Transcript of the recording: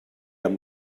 amb